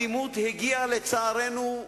לצערנו,